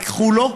ייקחו לו.